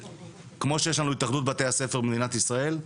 כמו שיש לנו התאחדות בתי הספר במדינת ישראל,